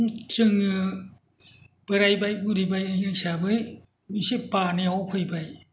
जोङो बोराइबाय बुरिबाय बे हिसाबै एसे बानायाव फैबाय